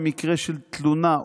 במקרה של תלונה,